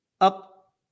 up